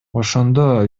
ошондо